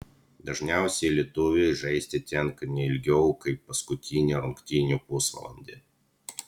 dažniausiai lietuviui žaisti tenka ne ilgiau kaip paskutinį rungtynių pusvalandį